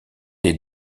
des